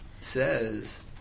says